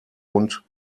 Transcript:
und